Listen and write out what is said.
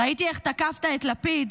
ראיתי איך תקפת את לפיד,